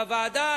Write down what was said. בוועדה,